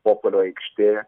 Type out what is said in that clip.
popolio aikštė